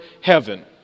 heaven